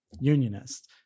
unionists